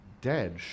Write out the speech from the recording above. dead